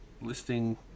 listing